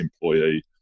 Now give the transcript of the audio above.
employee